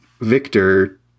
Victor